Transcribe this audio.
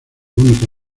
única